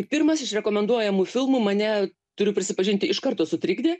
pirmas iš rekomenduojamų filmų mane turiu prisipažinti iš karto sutrikdė